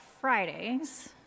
Fridays